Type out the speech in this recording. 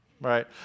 right